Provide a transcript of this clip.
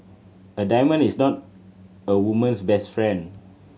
a diamond is not a woman's best friend